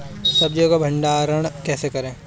सब्जियों का भंडारण कैसे करें?